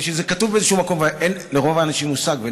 או שזה כתוב באיזשהו מקום אבל אין לרוב האנשים מושג.